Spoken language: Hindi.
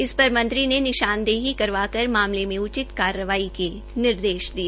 इस पर मंत्री ने निशानदेही करवाकर मामले में उचित कार्रवाई के निर्देश दिए